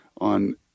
on